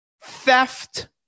theft